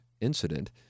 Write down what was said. incident